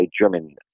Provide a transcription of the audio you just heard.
German